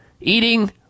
eating